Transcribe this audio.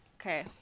Okay